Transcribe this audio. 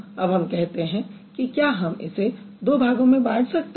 अब हम देखते हैं कि कि क्या हम इसे दो भागों में बाँट सकते हैं